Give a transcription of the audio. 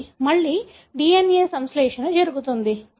మళ్ళీ DNA సంశ్లేషణ జరుగుతుంది